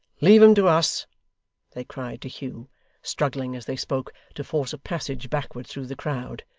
leave him to us they cried to hugh struggling, as they spoke, to force a passage backward through the crowd.